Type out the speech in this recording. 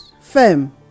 firm